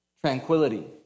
tranquility